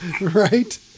Right